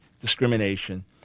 discrimination